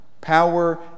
power